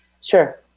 Sure